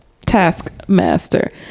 Taskmaster